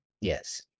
Yes